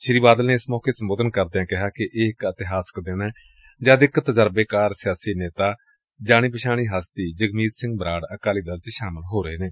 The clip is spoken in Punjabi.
ਸ੍ਰੀ ਬਾਦਲ ਨੇ ਇਸ ਮੌਕੇ ਸੰਬੋਧਨ ਕਰਦਿਆਂ ਕਿਹਾ ਕਿ ਇਹ ਇਕ ਇਤਿਹਾਸਕ ਦਿਨ ਹੈ ਜਦ ਇਕ ਤਰਜ਼ਬੇਕਾਰ ਸਿਆਸੀ ਨੇਤਾ ਜਾਣੀ ਪਛਾਣੀ ਹਸਤੀ ਜਗਮੀਤ ਸਿੰਘ ਬਰਾੜ ਅਕਾਲੀ ਦਲ ਵਿਚ ਸ਼ਾਮਲ ਹੋ ਰਹੇ ਨੇ